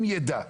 אם יידע,